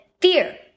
fear